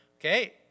Okay